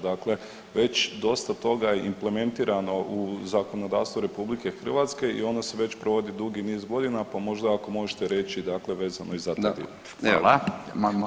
Dakle, već dosta toga je implementirano u zakonodavstvo RH i ono se već provodi dugi niz godina, pa možda ako možete reći dakle vezano i za taj dio.